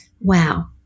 Wow